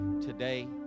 today